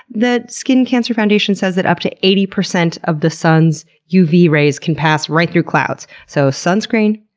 the skin cancer foundation says that up to eighty percent of the sun's uv rays can pass right through clouds, so sunscreen?